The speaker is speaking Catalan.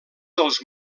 dels